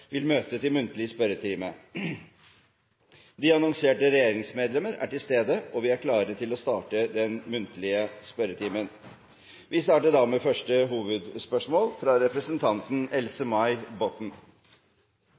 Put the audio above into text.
vil møte til muntlig spørretime. De annonserte regjeringsmedlemmer er til stede, og vi er klare til å starte den muntlige spørretimen. Vi starter da med første hovedspørsmål, fra representanten